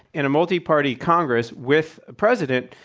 in a multi-party congress with a president,